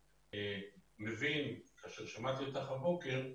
אני מבין, כאשר שמעתי אותך בבוקר,